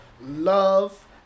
love